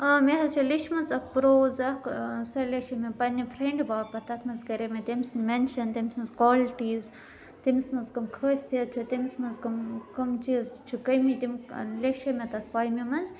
آ مےٚ حظ چھِ لیٚچھمٕژ اَکھ پرٛوز اَکھ سۄ لیٚچھے مےٚ پنٛنہِ فرینٛڈ باپَتھ تَتھ مَنٛز کَرے مےٚ تٔمۍ سُنٛد مٮ۪نشَن تٔمۍ سٕنٛز کالٹیٖز تٔمِس منٛز کٕم خٲصیت چھِ تٔمِس منٛز کٕم کٕم چیٖز چھِ کٔمی تِم لیٚچھے مےٚ تَتھ پویمہِ منٛز